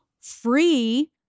free